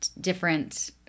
different